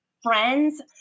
friends